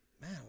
man